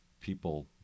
people